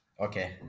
Okay